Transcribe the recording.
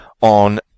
on